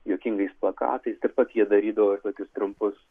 juokingais plakatais taip pat jie darydavo ir tokius trumpus